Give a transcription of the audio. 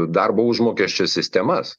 darbo užmokesčio sistemas